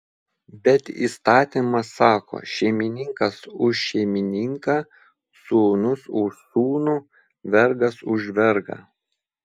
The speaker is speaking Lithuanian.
bet įstatymas sako šeimininkas už šeimininką sūnus už sūnų vergas už vergą